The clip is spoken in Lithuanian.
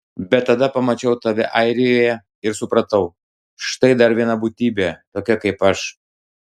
bet tada pamačiau tave airijoje ir supratau štai dar viena būtybė tokia kaip aš